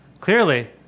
Clearly